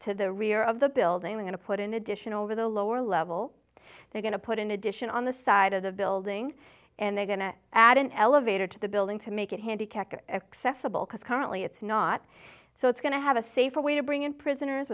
to the rear of the building and put in addition over the lower level they're going to put in addition on the side of the building and they're going to add an elevator to the building to make it handicapped accessible because currently it's not so it's going to have a safer way to bring in prisoners